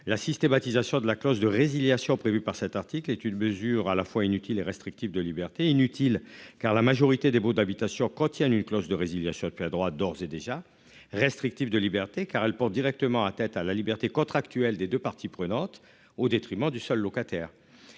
la systématisation de la clause de résiliation prévues par cet article est une mesure à la fois inutile et restrictive de liberté inutile car la majorité des baux d'habitation contiennent une clause de résiliation à droite d'ores et déjà restrictive de liberté car elle pour directement à tête à la liberté contractuelle des 2 parties prenantes au détriment du seul locataires.